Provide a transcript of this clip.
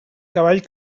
cavall